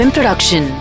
Production